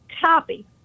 copy